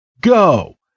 go